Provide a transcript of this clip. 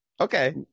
okay